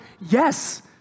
Yes